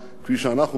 כפי שאנו מפרשים